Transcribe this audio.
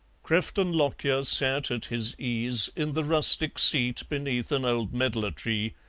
crefton lockyer sat at his ease in the rustic seat beneath an old medlar tree,